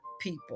people